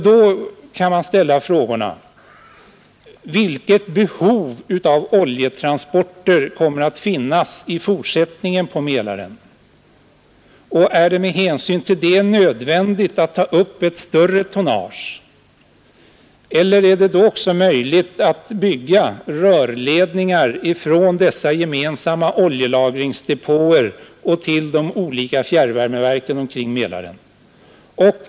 Man kan då ställa frågorna vilket behov av oljetransporter på Mälaren som kommer att finnas i fortsättningen och om det med hänsyn till detta är nödvändigt att ta in ett större tonnage. Eller är det då också möjligt att bygga rörledningar från dessa gemensamma oljelagringsdepåer och till de olika fjärrvärmeverken omkring Mälaren?